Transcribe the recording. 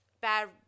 bad